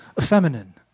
feminine